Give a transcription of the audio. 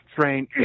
train